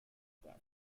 back